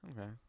Okay